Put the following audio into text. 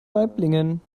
waiblingen